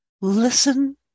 Listen